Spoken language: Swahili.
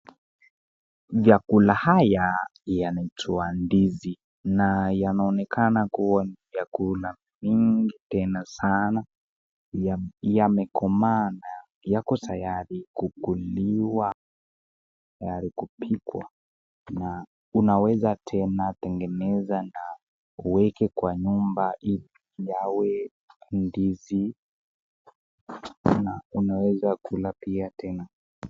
Chakula haya yanaitwa ndizi, na yanaonekana kuwa ni vyakula vingi tena sana, yamekomaa na yako tayari kukuliwa tayari kupikwa , unaweza kutengenezea uweke kwa nyumba ili yawe ndizi na unaweza kula pia tena.